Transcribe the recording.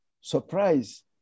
surprise